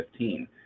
2015